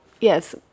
yes